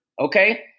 okay